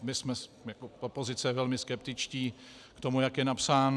My jsme jako opozice velmi skeptičtí k tomu, jak je napsán.